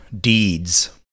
deeds